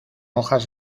hojas